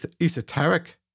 esoteric